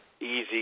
easy